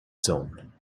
zone